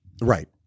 Right